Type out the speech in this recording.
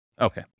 Okay